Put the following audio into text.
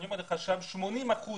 80%